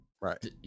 Right